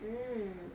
mm